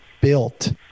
built